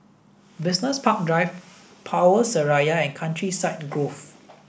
Business Park Drive Power Seraya and Countryside Grove